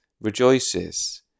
rejoices